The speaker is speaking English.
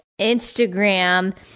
Instagram